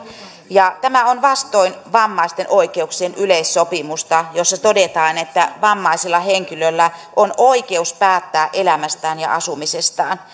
ja tämä on vastoin vammaisten oikeuksien yleissopimusta jossa todetaan että vammaisella henkilöllä on oikeus päättää elämästään ja asumisestaan